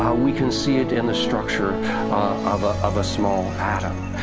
we can see it in the structure of a of a small atom.